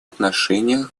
отношении